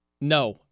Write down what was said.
No